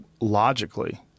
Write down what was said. logically